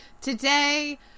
Today